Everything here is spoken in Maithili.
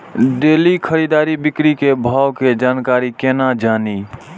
डेली खरीद बिक्री के भाव के जानकारी केना जानी?